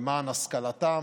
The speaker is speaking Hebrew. למען השכלתם,